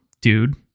dude